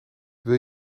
wil